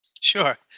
Sure